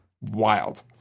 Wild